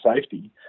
safety